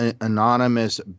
anonymous